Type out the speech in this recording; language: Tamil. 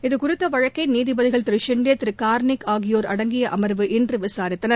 இது குறித்த வழக்கை நீதிபதிகள் ஷின்டே கார்னிக் ஆகியோர் அடங்கிய அமர்வு இன்று விசாரித்தனர்